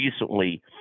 recently